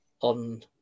on